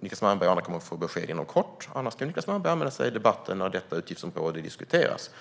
Niclas Malmberg kommer att få besked inom kort. Annars kan Niclas Malmberg anmäla sig i debatten när detta utgiftsområde diskuteras.